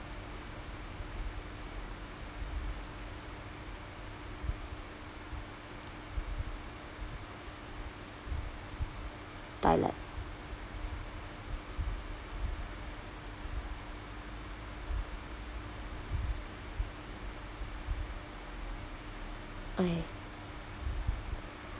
toilet okay